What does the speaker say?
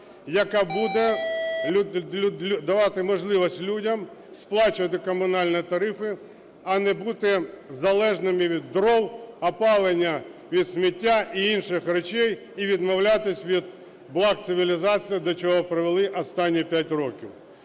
яка буде давати можливість людям сплачувати комунальні тарифи, а не бути залежними від дров, опалення, від сміття і інших речей, і відмовлятися від благ цивілізації, до чого привели останні 5 років.